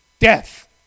Death